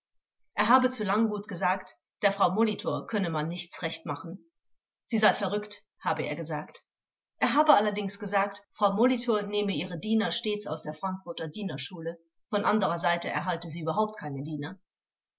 er habe zu langguth gesagt der frau molitor könne man nichts recht machen sie sei verrückt habe er nicht gesagt er habe allerdings gesagt frau molitor nehme ihre diener stets aus der frankfurter dienerschule von anderer seite erhalte sie überhaupt keine diener